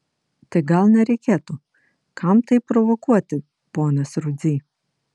tai gal nereikėtų kam tai provokuoti ponas rudzy